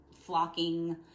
flocking